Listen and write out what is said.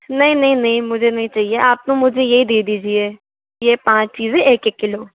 नहीं नहीं नहीं मुझे नहीं चाहिए आप तो मुझे यही दे दीजिए ये पाँच चीज़ें एक एक किलो